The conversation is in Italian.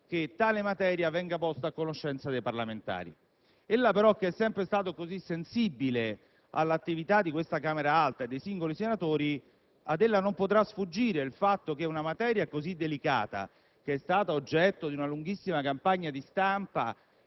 che venga posta a conoscenza dei parlamentari. Ad ella, però, che è stato così sensibile all'attività di questa Camera alta e dei singoli senatori, non potrà sfuggire il fatto che una materia così delicata, che è stata oggetto di una lunghissima campagna di stampa